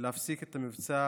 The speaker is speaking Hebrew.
ולהפסיק את המבצע